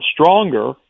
stronger